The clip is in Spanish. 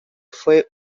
fue